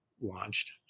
launched